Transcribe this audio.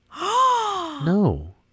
No